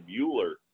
bueller